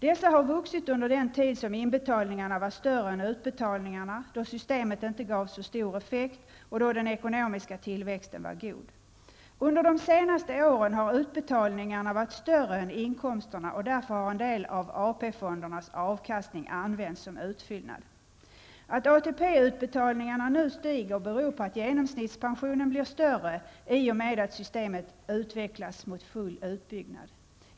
Dessa har vuxit under den tid som inbetalningarna var större än utbetalningarna, då systemet inte gav så stor effekt och då den ekonomiska tillväxten var god. Under de senaste åren har utbetalningarna varit större än inkomsterna, och därför har en del av AP Att ATP-utbetalningarna nu stiger beror på att genomsnittspensionen blir större i och med att systemet utvecklas mot full utbyggnad.